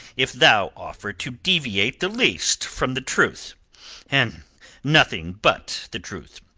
if thou offer to deviate the least from the truth and nothing but the truth.